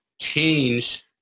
change